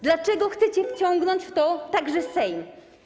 Dlaczego chcecie wciągnąć w to także Sejm?